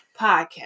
podcast